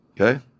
okay